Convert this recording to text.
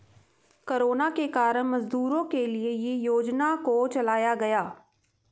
corona के कारण मजदूरों के लिए ये योजना को चलाया गया